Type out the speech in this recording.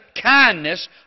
kindness